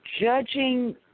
judging